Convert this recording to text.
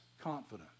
confidence